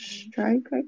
strike